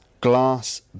glass